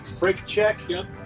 brake check. yep.